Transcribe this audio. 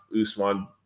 Usman